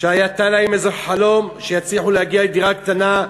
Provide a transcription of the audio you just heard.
שהיה להן איזה חלום שיצליחו להגיע לדירה קטנה,